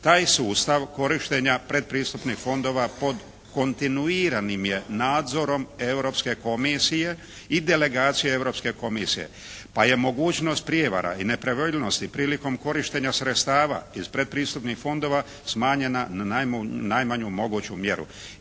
Taj sustav korištenja pretpristupnih fondova pod kontinuiranim je nadzorom Europske komisije i delegacije Europske komisije, pa je mogućnost prijevara i nepravilnosti prilikom korištenja sredstava iz pretpristupnih fondova smanjena na najmanju moguću mjeru.